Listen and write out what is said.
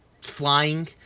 flying